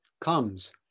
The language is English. comes